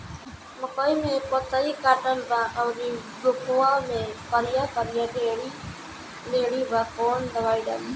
मकई में पतयी कटल बा अउरी गोफवा मैं करिया करिया लेढ़ी बा कवन दवाई डाली?